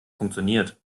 funktioniert